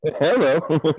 Hello